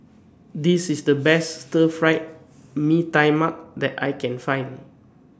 This IS The Best Stir Fried Mee Tai Mak that I Can Find